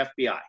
FBI